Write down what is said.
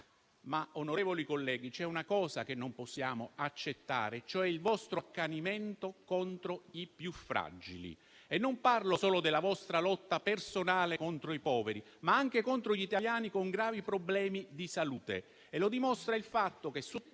Onorevoli colleghi, c'è però una cosa che non possiamo accettare, cioè il vostro accanimento contro i più fragili, e non parlo solo della vostra lotta personale contro i poveri, ma anche contro gli italiani con gravi problemi di salute. Lo dimostra il fatto che,